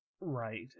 Right